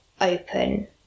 open